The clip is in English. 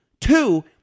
Two